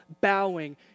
bowing